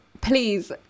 please